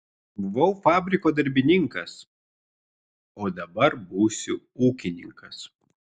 buvau fabriko darbininkas o dabar būsiu ūkininkas